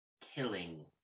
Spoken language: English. killing